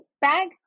bag